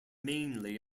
mainly